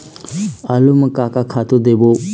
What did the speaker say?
आलू म का का खातू देबो?